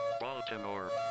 Baltimore